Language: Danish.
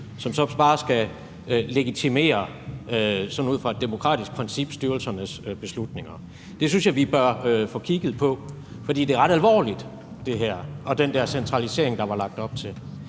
som så bare sådan ud fra et demokratisk princip skal legitimere styrelsernes beslutninger. Det synes jeg vi bør få kigget på, for det er ret alvorligt med den der centralisering, der var lagt op til.